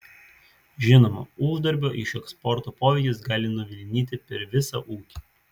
žinoma uždarbio iš eksporto poveikis gali nuvilnyti per visą ūkį